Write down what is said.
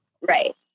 Right